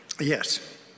Yes